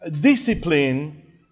Discipline